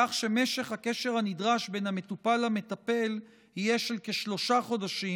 כך שמשך הקשר הנדרש בין המטופל למטפל יהיה של כשלושה חודשים,